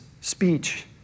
speech